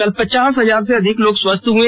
कल पचास हजार से अधिक लोग स्वस्थ हए